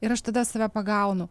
ir aš tada save pagaunu